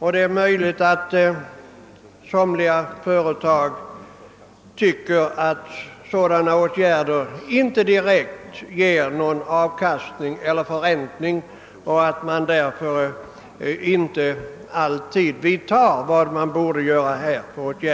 är det möjligt att somliga företag inte vidtar dem, eftersom de tycker att de inte ger någon direkt avkastning eller förräntning.